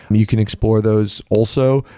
and you can explore those also,